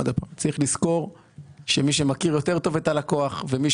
צריך לזכור שמי שמכיר יותר טוב את הלקוח ומי